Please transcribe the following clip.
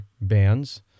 bands